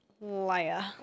Liar